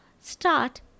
start